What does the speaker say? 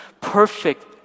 perfect